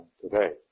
today